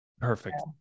Perfect